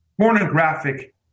pornographic